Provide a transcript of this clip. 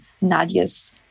Nadia's